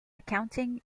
accounting